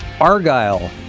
Argyle